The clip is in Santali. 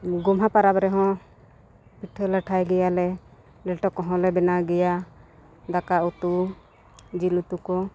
ᱜᱳᱢᱦᱟ ᱯᱟᱨᱟᱵᱽ ᱨᱮᱦᱚᱸ ᱯᱤᱴᱷᱟᱹ ᱞᱟᱴᱷᱟᱭ ᱜᱮᱭᱟᱞᱮ ᱞᱮᱴᱚ ᱠᱚᱦᱚᱸᱞᱮ ᱵᱮᱱᱟᱣ ᱜᱮᱭᱟ ᱫᱟᱠᱟ ᱩᱛᱩ ᱡᱤᱞ ᱩᱛᱩ ᱠᱚ